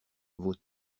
vos